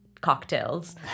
cocktails